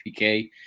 PK